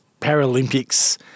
Paralympics